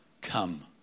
come